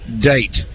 date